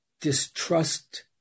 distrust